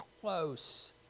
close